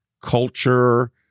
culture